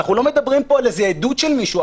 אני לא מדבר על עדות של מישהו,